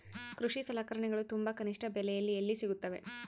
ಕೃಷಿ ಸಲಕರಣಿಗಳು ತುಂಬಾ ಕನಿಷ್ಠ ಬೆಲೆಯಲ್ಲಿ ಎಲ್ಲಿ ಸಿಗುತ್ತವೆ?